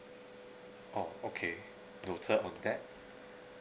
oh okay noted on that